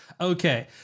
Okay